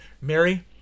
Mary